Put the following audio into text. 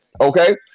okay